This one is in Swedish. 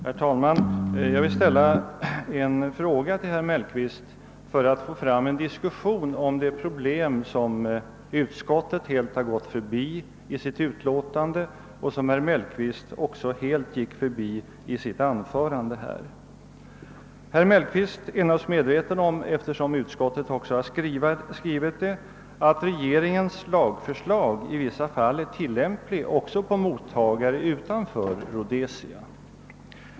Herr talman! Jag vill ställa en fråga till herr Mellqvist för att få till stånd en diskussion om de problem, som utskottet helt gått förbi i sitt utlåtande och som herr Mellqvist också helt gick förbi i sitt anförande. Herr Mellqvist borde vara medveten om, eftersom utskottet också skrivit det, att regeringens lagförslag i vissa fall är tillämpligt också på mottagarland utan för Rhodesia.